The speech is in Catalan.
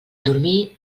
dormir